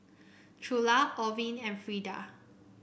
Trula Orvin and Frida